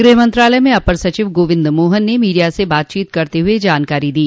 गृह मंत्रालय में अपर सचिव गोविंद मोहन ने मीडिया से बातचीत करते हुये यह जानकारी दी